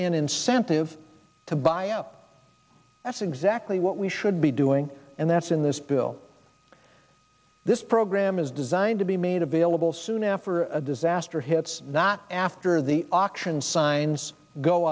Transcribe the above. an incentive to buy out that's exactly what we should be doing and that's in this bill this program is designed to be made available soon after a disaster hits not after the auction signs go